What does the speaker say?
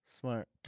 Smart